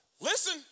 listen